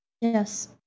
Yes